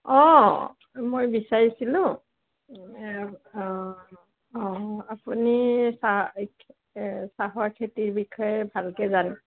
অঁ মই বিচাৰিছিলোঁ অঁ অঁ আপুনি চাহ চাহৰ খেতিৰ বিষয়ে ভালকৈ জানে